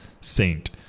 saint